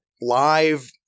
live